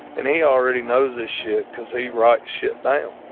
and he already knows this shit, because he writes shit down.